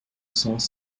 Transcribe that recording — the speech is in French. cents